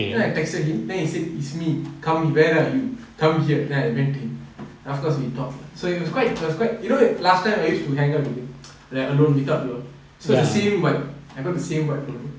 then I texted him then he said it's me come where are you come here then I went to him then afterwards we talked so it was quite it was quite you know last time I used to hang out with him like alone without you all so the same vibe I got the same vibe from him